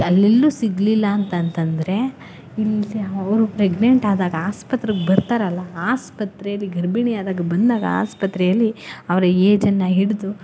ಅಲ್ಲೆಲ್ಲು ಸಿಗಲಿಲ್ಲ ಅಂತಂದ್ರೆ ಇಲ್ಲಿ ಅವರು ಪ್ರೇಗ್ನೆಂಟ್ ಆದಾಗ ಆಸ್ಪತ್ರೆಗೆ ಬರ್ತಾರಲ್ಲ ಆಸ್ಪತ್ರೆಲಿ ಗರ್ಭಿಣಿ ಆಗಿ ಬಂದಾಗ ಆಸ್ಪತ್ರೆಯಲ್ಲಿ ಅವರ ಏಜನ್ನು ಹಿಡಿದು